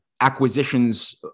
acquisitions